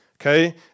okay